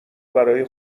برای